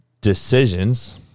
decisions